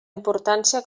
importància